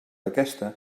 aquesta